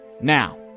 now